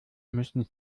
müssen